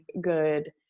good